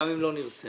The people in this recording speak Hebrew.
גם אם לא נרצה.